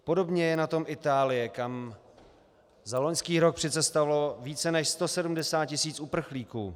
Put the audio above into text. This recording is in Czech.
Podobně je na tom Itálie, kam za loňský rok přicestovalo více než 170 tisíc uprchlíků.